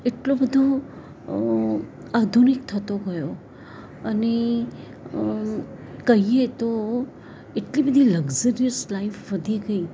એટલો બધો આધુનિક થતો ગયો અને કહીએ તો એટલી બધી લક્ઝુરિયસ લાઈફ વધી ગઈ